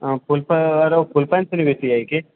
हँ फूल पे आरो फुलपेन्ट छलै भी सिऐ हइ की